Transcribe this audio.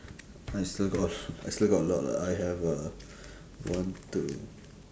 I still got I still got a lot lah I have uh one two